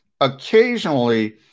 occasionally